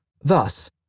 thus